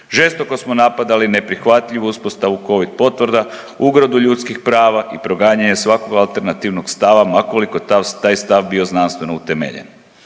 Žestoko smo napadali neprihvatljivu uspostavu covid potvrda, ugrozu ljudskih prava i proganjanje svakog alternativnog stava ma koliko taj stav bio znanstveno utemeljen.